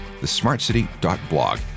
thesmartcity.blog